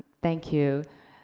thank you.